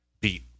beat